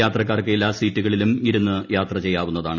യാത്രക്കാർക്ക് എല്ലാ സീറ്റുകളിലും ഇരുന്ന് യാത്ര ചെയ്യാവുന്നതാണ്